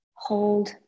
Hold